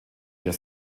ihr